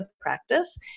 Practice